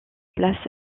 place